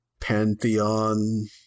Pantheon